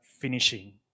finishing